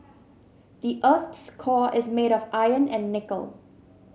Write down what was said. the earth's core is made of iron and nickel